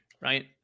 right